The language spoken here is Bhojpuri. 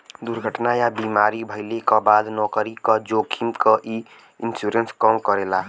दुर्घटना या बीमारी भइले क बाद नौकरी क जोखिम क इ इन्शुरन्स कम करेला